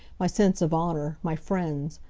my sense of honor, my friends.